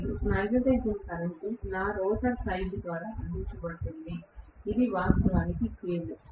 మరియు magnetising current నా rotor side ద్వారా అందించబడుతుంది ఇది వాస్తవానికి ఫీల్డ్